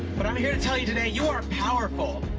but i'm here to tell you today you are powerfull!